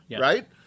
Right